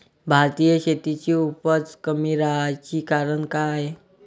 भारतीय शेतीची उपज कमी राहाची कारन का हाय?